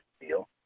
deal